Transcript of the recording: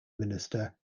minister